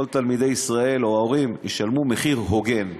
תלמידי ישראל או ההורים ישלמו מחיר הוגן.